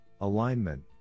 alignment